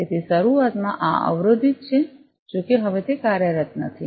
તેથી શરૂઆતમાં આ અવરોધિત છે જો કે હવે તે કાર્યરત નથી